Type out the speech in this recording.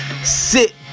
sit